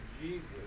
Jesus